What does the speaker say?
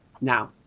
Now